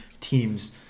teams